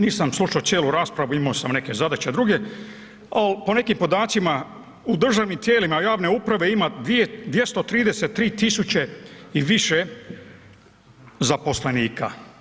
Nisam slušao cijelu raspravu, imao sam neke zadaće druge, ali po nekim podacima u državnim tijelima javne uprave ima 233 tisuće i više zaposlenika.